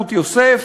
רות יוסף,